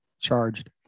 charged